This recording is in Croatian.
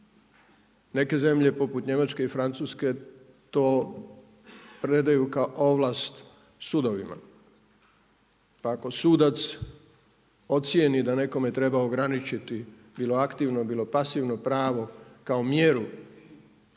Neke zemlje poput Njemačke i Francuske to predaju kao ovlast sudovima. Ako sudac ocijeni da nekome treba ograničiti bilo aktivno, bilo pasivno pravo kao mjeru